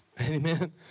Amen